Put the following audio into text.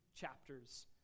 chapters